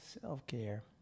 self-care